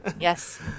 Yes